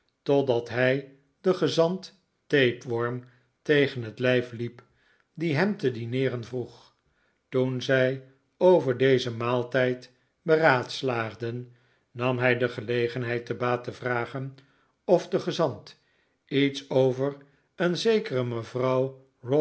totdat hij den gezant tapeworm tegen het lijf liep die hem te dineeren vroeg toen zij over dezen maaltijd beraadslaagden nam hij de gelegenheid te baat te vragen of de gezant iets over een zekere mevrouw